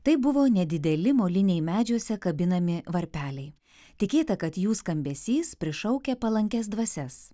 tai buvo nedideli moliniai medžiuose kabinami varpeliai tikėta kad jų skambesys prišaukia palankias dvasias